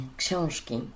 książki